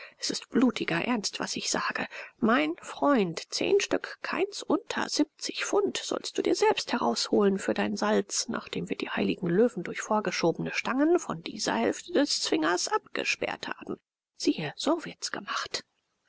es ist blutiger ernst was ich sage mein freund zehn stück keins unter siebzig pfund sollst du dir selbst herausholen für dein salz nachdem wir die heiligen löwen durch vorgeschobene stangen von dieser hälfte des zwingers abgesperrt haben siehe so wird's gemacht